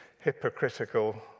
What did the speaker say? hypocritical